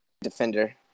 defender